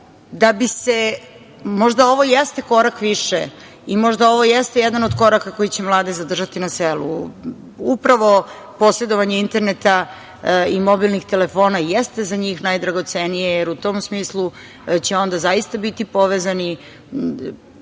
na selu. Možda ovo jeste korak više i možda ovo jeste jedan od koraka koji će mlade zadržati na selu, upravo posedovanje interneta i mobilnih telefona jeste za njih najdragocenije, jer u tom smislu će onda zaista biti povezani